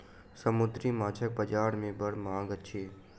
समुद्री माँछक बजार में बड़ मांग अछि